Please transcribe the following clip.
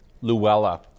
Luella